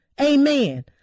Amen